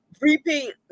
repeat